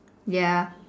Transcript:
ya